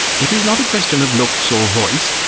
it is not a question of looks or voice,